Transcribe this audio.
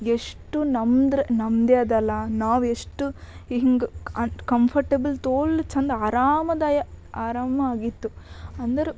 ಎಷ್ಟು ನಮ್ದ್ರ ನಮ್ದೇ ಅದಲ್ಲ ನಾವೆಷ್ಟು ಹಿಂಗ ಅನ್ ಕಂಫರ್ಟೆಬಲ್ ತೋಲ್ ಚೆಂದ ಆರಾಮದಾಯ ಆರಾಮಾಗಿತ್ತು ಅಂದ್ರೆ